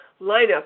lineup